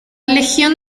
legión